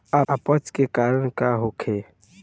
अपच के कारण का होखे?